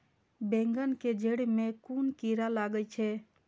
बेंगन के जेड़ में कुन कीरा लागे छै?